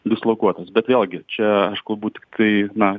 dislokuotas bet vėlgi čia galbūt tai na